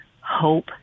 hope